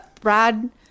Brad